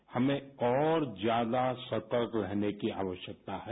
ऐसे में हमें और ज्यादा सतर्क रहने की आवश्यकता है